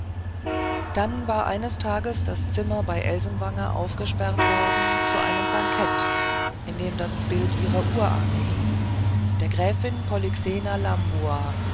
dann war eines tages das zimmer bei elsenwanger aufgesperrt worden zu einem bankett in dem das bild ihrer urahne hing der gräfin polyxena lambua